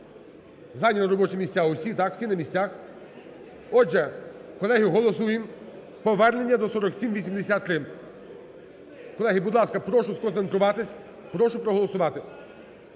Зайняли робочі місця усі, так? Усі на місцях. Отже, колеги, голосуємо повернення до 4783. Колеги, будь ласка, прошу сконцентруватись. Прошу проголосувати.